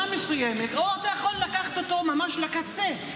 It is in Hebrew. מסוימת או אתה יכול לקחת אותו ממש לקצה.